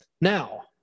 Now